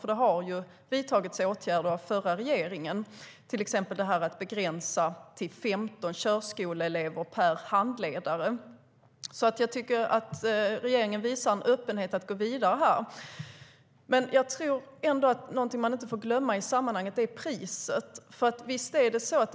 Den förra regeringen vidtog ju åtgärder, till exempel att begränsa till 15 körskoleelever per handledare, och regeringen visar en öppenhet för att gå vidare. Något vi inte får glömma i sammanhanget är priset.